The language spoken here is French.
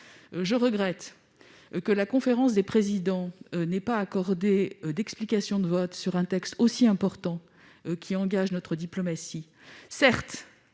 Je regrette que la conférence des présidents n'ait pas accordé d'explications de vote sur un texte aussi important, qui engage notre diplomatie.